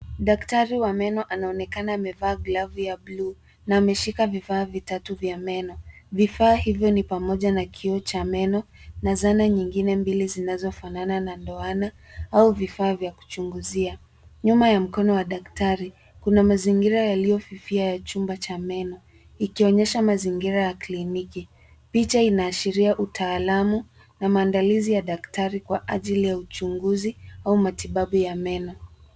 Daktari wa meno anaonekana amevaa glavu ya buluu na ameshika vifaa vitatu vya meno. Vifaa hivyo ni pamoja na kioo cha meno, na zana nyingine mbili zinazofanana na ndoana au vifaa vya kuchunguzia. Nyuma ya mkono wa daktari, kuna mazingira yaliyofifia ya chumba cha meno, ikionyesha mazingira ya kliniki. Picha inaashiria utaalamu na maandalizi ya daktari kwa ajili ya uchunguzi au matibabu ya meno.